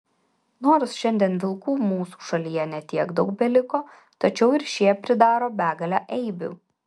nors šiandien vilkų mūsų šalyje ne tiek daug beliko tačiau ir šie pridaro begalę eibių